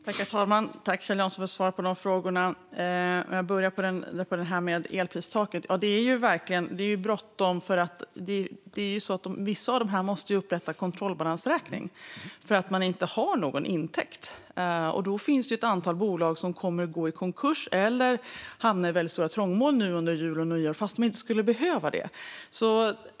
Herr talman! Tack, Kjell Jansson, för svaret på frågorna! Jag börjar med frågan om elpristaket. Det är verkligen bråttom, för vissa av dessa företag måste upprätta kontrollbalansräkning för att de inte har någon intäkt. Då kommer ett antal bolag att gå i konkurs eller hamna i väldigt stora trångmål nu under jul och nyår, fast de inte skulle behöva göra det.